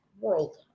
world